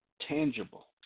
Tangible